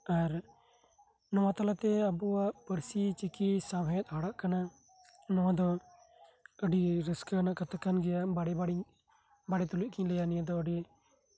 ᱱᱚᱣᱟ ᱛᱟᱞᱟ ᱛᱮ ᱟᱵᱚᱣᱟᱜ ᱯᱟᱹᱨᱥᱤ ᱪᱤᱠᱤ ᱥᱟᱶᱦᱮᱫ ᱦᱟᱨᱟᱜ ᱠᱟᱱᱟ ᱱᱚᱣᱟ ᱫᱚ ᱟᱹᱰᱤ ᱨᱟᱹᱥᱠᱟᱹ ᱨᱮᱱᱟᱜ ᱠᱟᱛᱷᱟ ᱠᱟᱱ ᱜᱮᱭᱟ ᱵᱟᱲᱮ ᱛᱩᱞᱩᱡ ᱤᱧ ᱞᱟᱹᱭᱟ ᱱᱤᱭᱟᱹ ᱫᱚ ᱟᱹᱰᱤ